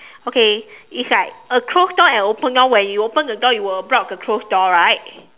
okay it's like a closed door and open door when you open the door you will block the closed door right